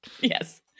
Yes